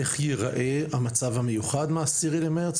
איך ייראה המצב המיוחד מה-10 למרץ?